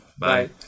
Bye